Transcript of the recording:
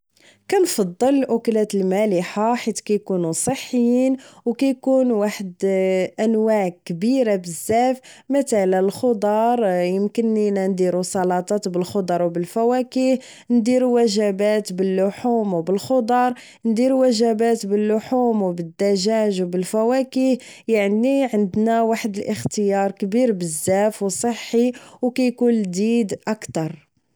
كنفضل الاكلات المالحة حيت كيكونو صحيين وكيكون واحد انواع بزاف مثلا الخضر يمكن لينا نديرو سلطات بالخضر و بالفواكه نديرو وجبات باللحوم و بالخضر نديرو وجبات باللحوم و بالدجاج و الخضر و بالفواكه يعني عندنا واحد الاختيار كبير بزاف و صحي وكيكون لديد اكتر